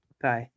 Bye